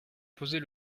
poser